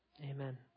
Amen